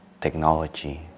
technology